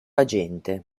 agente